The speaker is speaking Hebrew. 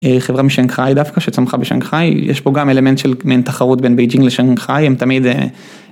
חברה משנגחאי דווקא, שצמחה בשנגחאי. יש פה גם אלמנט של מעין תחרות בין בייג'ינג לשנגחאי, הם תמיד